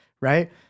right